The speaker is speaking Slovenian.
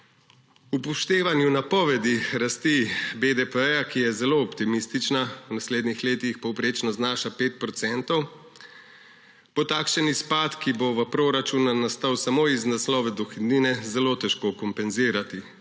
upoštevanju napovedi rasti BDP, ki je zelo optimistična, v naslednjih letih povprečno znaša 5 procentov, bo takšen izpad, ki bo v proračunu nastal samo iz naslova dohodnine, zelo težko kompenzirati